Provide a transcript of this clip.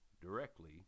directly